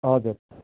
हजुर